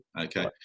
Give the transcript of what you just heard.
Okay